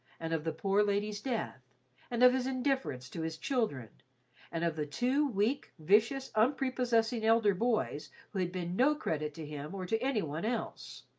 and of the poor lady's death and of his indifference to his children and of the two weak, vicious, unprepossessing elder boys who had been no credit to him or to any one else.